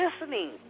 listening